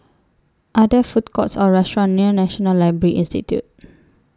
Are There Food Courts Or restaurants near National Library Institute